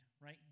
right